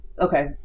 okay